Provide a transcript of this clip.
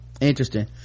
Interesting